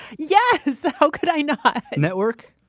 yes. how could i not? network?